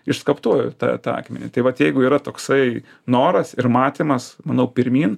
išskaptuoju tą tą akmenį tai vat jeigu yra toksai noras ir matymas manau pirmyn